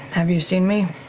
have you seen me?